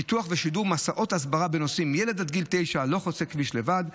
פיתוח ושידור מסעות הסברה בנושאים: ילד עד גיל תשע לא חוצה כביש לבד,